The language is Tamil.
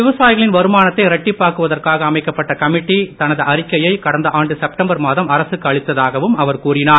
விவசாயிகளின் வருமானத்தை இரட்டிப்பாக்குவதற்காக அமைக்கப்பட்ட கமிட்டி தனது அறிக்கையை கடந்த ஆண்டு செப்டம்பர் மாதம் அரசுக்கு அளித்ததாக அவர் கூறினார்